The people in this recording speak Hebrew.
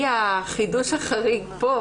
היא החידוש החריג פה,